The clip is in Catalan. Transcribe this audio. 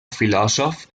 filòsof